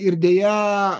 ir deja